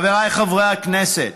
חבריי חברי הכנסת,